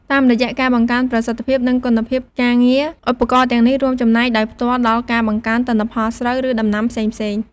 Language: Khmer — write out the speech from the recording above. តាមរយៈការបង្កើនប្រសិទ្ធភាព និងគុណភាពការងារ ឧបករណ៍ទាំងនេះរួមចំណែកដោយផ្ទាល់ដល់ការបង្កើនទិន្នផលស្រូវ ឬដំណាំផ្សេងៗ។